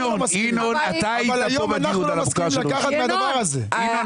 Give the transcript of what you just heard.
ינון, אתה היית פה בדיון על המוכר שלא רשמי.